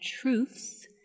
Truths